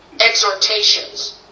exhortations